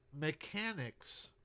mechanics